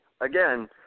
Again